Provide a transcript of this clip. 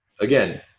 again